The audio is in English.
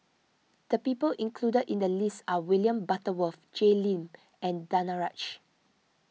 the people included in the list are William Butterworth Jay Lim and Danaraj